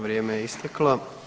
Vrijeme je isteklo.